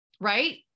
Right